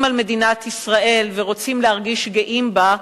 על מדינת ישראל ורוצים להרגיש גאים בה,